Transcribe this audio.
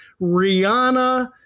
Rihanna